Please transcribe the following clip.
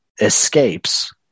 escapes